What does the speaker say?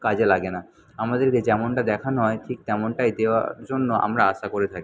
কাজে লাগে না আমাদেরকে যেমনটা দেখানো হয় ঠিক তেমনটাই দেওয়ার জন্য আমরা আশা করে থাকি